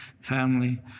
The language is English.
family